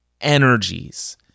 Energies